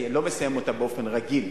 לא מסיים אותה באופן רגיל,